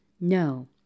No